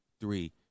three